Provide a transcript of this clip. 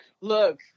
Look